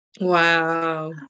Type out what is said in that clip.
wow